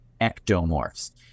ectomorphs